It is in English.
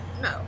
No